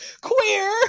queer